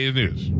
news